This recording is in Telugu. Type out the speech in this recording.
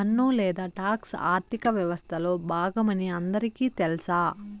పన్ను లేదా టాక్స్ ఆర్థిక వ్యవస్తలో బాగమని అందరికీ తెల్స